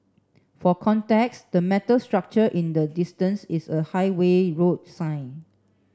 for context the metal structure in the distance is a highway road sign